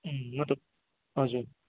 अँ मतलब हजुर